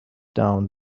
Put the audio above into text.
down